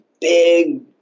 big